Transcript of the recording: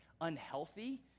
unhealthy